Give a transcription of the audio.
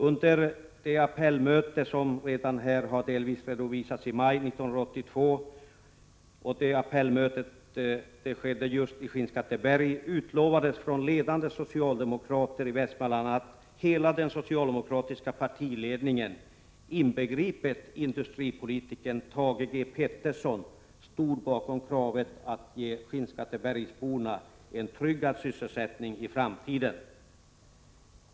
Vid det appellmöte — den appellen har redan delvis redovisats här — som ägde rum i maj 1982 just i Skinnskatteberg utlovades av ledande socialdemokrater i Västmanland att hela den socialdemokratiska partiledningen — inkl. industripolitikern Thage G Peterson — stod bakom kravet på att skinnskattebergsborna skulle få en tryggad sysselsättning i framtiden.